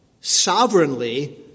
sovereignly